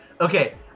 Okay